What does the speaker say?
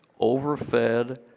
overfed